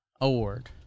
Award